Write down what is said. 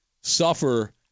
suffer